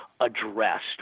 addressed